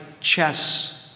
chess